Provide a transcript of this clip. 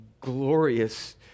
glorious